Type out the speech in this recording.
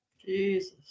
Jesus